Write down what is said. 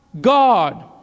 God